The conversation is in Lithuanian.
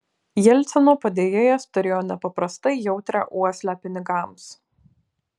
jelcino padėjėjas turėjo nepaprastai jautrią uoslę pinigams